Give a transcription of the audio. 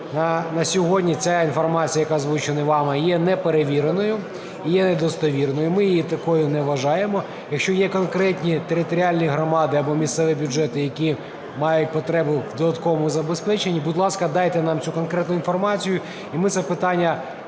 На сьогодні ця інформація, яка озвучена вами, є неперевіреною, є недостовірною, ми її такою не вважаємо. Якщо є конкретні територіальні громади або місцеві бюджети, які мають потребу в додатковому забезпеченні, будь ласка, дайте нам цю конкретну інформацію, і ми це питання